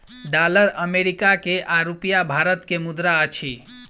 dollar America के आ रूपया भारत के मुद्रा अछि